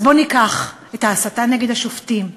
אז בואו ניקח את ההסתה נגד השופטים,